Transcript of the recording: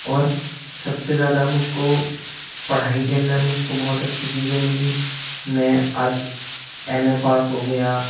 اور سب سے زیادہ مجھ کو پڑھائی کے اندر مجھ کو بہت اچھی چیزیں ملیں میں آج ایم ایے پاس ہو گیا